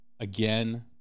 Again